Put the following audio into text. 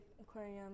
aquarium